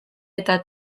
eta